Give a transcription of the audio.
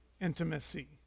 intimacy